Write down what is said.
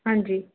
ਹਾਂਜੀ